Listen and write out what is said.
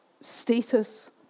status